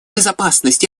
безопасность